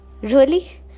Really